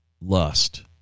lust